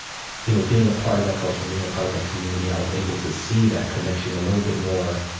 you know being a part of that culture and being a part of that community, i was able to see that connection a little bit more